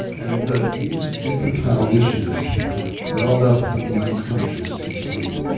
and that these infantile wishes welled up from the unconscious in sleep,